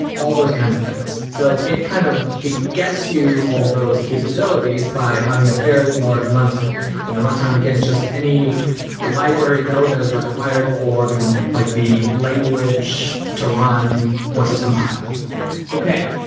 all those kinds of things so it kind of gets you all those capabilities by having a fairly large run time and the run time again is just any library code that is required for the like the language to run once it's compiled okay,